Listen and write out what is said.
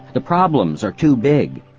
the problems are too big.